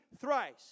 thrice